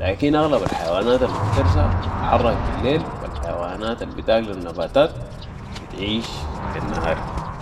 لكن اغلب الحيوانات المفترسه بتتحرك بالليل و الحيوانات البتاكل النباتات بتعيش بالنهار